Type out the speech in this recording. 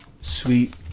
sweet